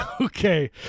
Okay